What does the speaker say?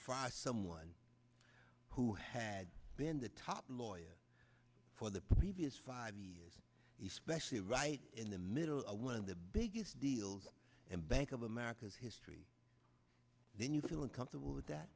fire someone who had been the top lawyer for the previous five years he specially right in the middle of one of the biggest deals in bank of america's history then you feel uncomfortable with that